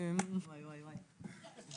אם זה נמצא בתוך הניסוחים שלכם, זה טוב.